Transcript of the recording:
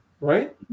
right